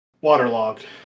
waterlogged